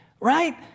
right